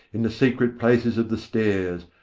in the secret places of the stairs,